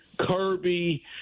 Kirby